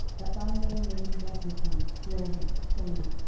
that thy name may be magnified for ever, saying,